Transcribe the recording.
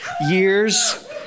years